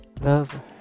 Love